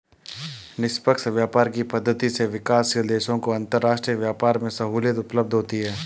निष्पक्ष व्यापार की पद्धति से विकासशील देशों को अंतरराष्ट्रीय व्यापार में सहूलियत उपलब्ध होती है